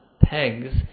pegs